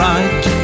Right